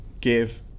give